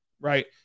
right